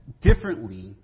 differently